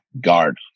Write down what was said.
guard